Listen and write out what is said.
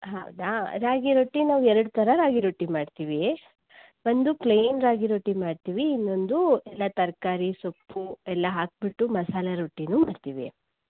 ಹೌದಾ ರಾಗಿ ರೊಟ್ಟಿ ನಾವು ಎರಡು ಥರ ರಾಗಿ ರೊಟ್ಟಿ ಮಾಡ್ತೀವಿ ಒಂದು ಪ್ಲೈನ್ ರಾಗಿ ರೊಟ್ಟಿ ಮಾಡ್ತೀವಿ ಇನ್ನೊಂದು ಎಲ್ಲ ತರಕಾರಿ ಸೊಪ್ಪು ಎಲ್ಲ ಹಾಕಿಬಿಟ್ಟು ಮಸಾಲೆ ರೊಟ್ಟಿನೂ ಮಾಡ್ತೀವಿ